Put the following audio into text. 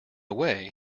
way